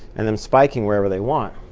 and then spiking wherever they want.